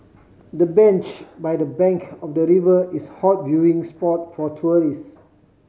the bench by the bank of the river is hot viewing spot for tourist